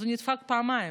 אז הוא נדפק פעמיים: